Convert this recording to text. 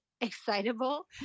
excitable